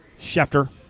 Schefter